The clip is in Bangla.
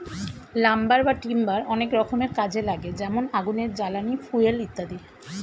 লাম্বার বা টিম্বার অনেক রকমের কাজে লাগে যেমন আগুনের জ্বালানি, ফুয়েল ইত্যাদি